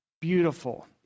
beautiful